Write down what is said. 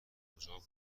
مجاب